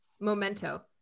memento